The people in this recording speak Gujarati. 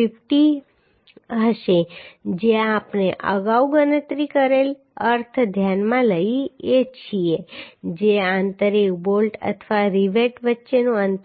50 હશે જ્યાં આપણે અગાઉ ગણતરી કરેલ અર્થ ધ્યાનમાં લઈએ છીએ જે આંતરિક બોલ્ટ અથવા રિવેટ વચ્ચેનું અંતર છે